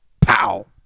Pow